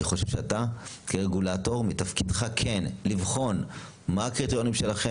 אני חושב שאתה כרגולטור מתפקידך כן לבחון מה הקריטריונים שלכם